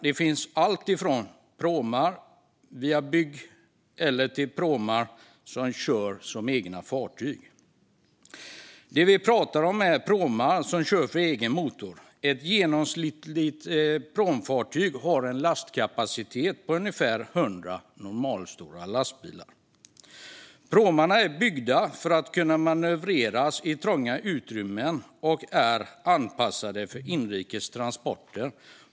Det finns allt från byggpråmar till pråmar som kör som egna fartyg. Det vi pratar om är pråmar som kör för egen motor. Ett genomsnittligt pråmfartyg har en lastkapacitet motsvarande ungefär 100 normalstora lastbilar. Pråmarna är byggda för att kunna manövreras i trånga utrymmen och är anpassade för inrikestransporter.